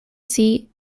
seat